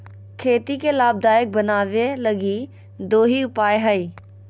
खेती के लाभदायक बनाबैय लगी दो ही उपाय हइ